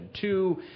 two